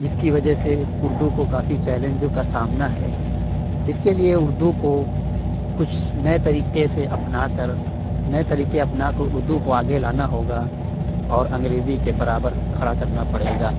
جس کی وجہ سے اردو کو کافی چیلنجوں کا سامنا ہے اس کے لیے اردو کو کچھ نئے طریقے سے اپنا کر نئے طریقے اپنا کر اردو کو آگے لانا ہوگا اور انگریزی کے برابر کھڑا کرنا پڑے گا